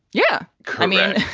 yeah come in.